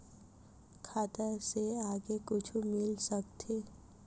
खाता से आगे कुछु मिल सकथे?